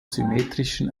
symmetrischen